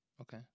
okay